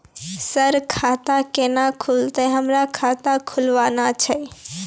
Sir खाता केना खुलतै, हमरा खाता खोलवाना छै?